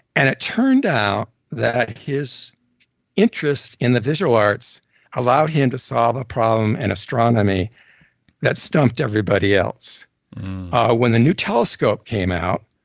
and it turned out that his interests in the visual arts allowed him to solve a problem in and astronomy that stumped everybody else when the new telescope came out,